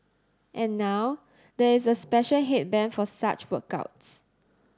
and now there is a special headband for such workouts